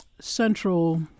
central